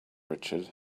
richard